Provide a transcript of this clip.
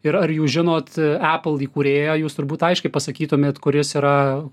ir ar jūs žinot epul įkūrėją jūs turbūt aiškiai pasakytumėt kuris yra